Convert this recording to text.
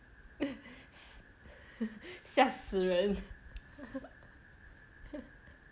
吓死人